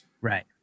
Right